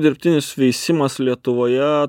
dirbtinis veisimas lietuvoje